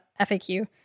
FAQ